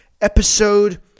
episode